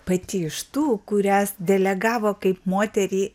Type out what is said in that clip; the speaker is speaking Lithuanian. pati iš tų kurias delegavo kaip moterį